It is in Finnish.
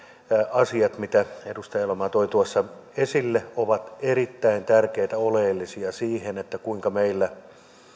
asiat mitä edustaja eloranta toi tuossa esille ovat erittäin tärkeitä oleellisia siihen kuinka meillä